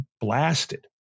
blasted